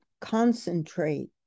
concentrate